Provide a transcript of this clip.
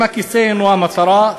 אם הכיסא אינו המטרה,